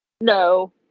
No